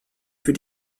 für